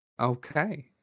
Okay